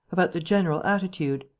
about the general attitude.